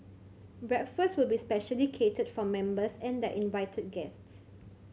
breakfast will be specially catered for members and their invited guests